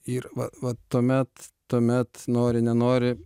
ir va va tuomet tuomet nori nenori